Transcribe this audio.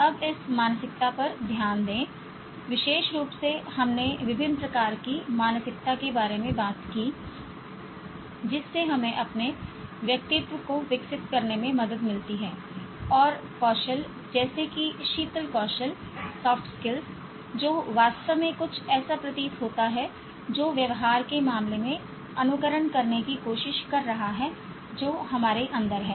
अब इस मानसिकता पर ध्यान दें विशेष रूप से हमने विभिन्न प्रकार की मानसिकता के बारे में बात की जिससे हमें अपने व्यक्तित्व को विकसित करने में मदद मिलती है और कौशल जैसे कि शीतल कौशल जो वास्तव में कुछ ऐसा प्रतीत होता है जो व्यवहार के मामले में अनुकरण करने की कोशिश कर रहा है जो हमारे अंदर है